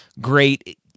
great